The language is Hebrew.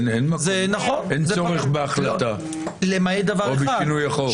אין צורך בהחלטה או בשינוי החוק.